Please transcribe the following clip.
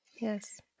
Yes